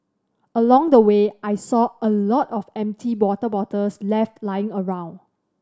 along the way I saw a lot of empty water bottles left lying around